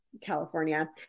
California